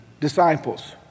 Disciples